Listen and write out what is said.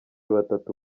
batatu